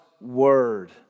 word